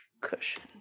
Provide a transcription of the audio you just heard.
cushion